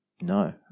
No